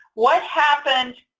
what happened?